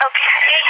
Okay